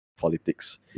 politics